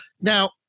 Now